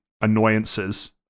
annoyances